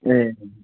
ए